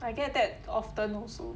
I get that often also